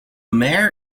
mayor